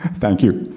thank you.